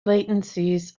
latencies